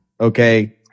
Okay